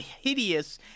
hideous